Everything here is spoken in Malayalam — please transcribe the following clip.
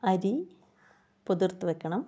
അരി പൊതിർത്ത് വെക്കണം